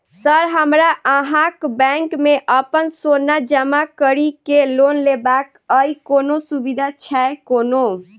Sir हमरा अहाँक bank मे अप्पन सोना जमा करि केँ लोन लेबाक अई कोनो सुविधा छैय कोनो?